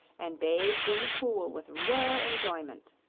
and bathed in the pool with rare enjoyment.